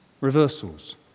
Reversals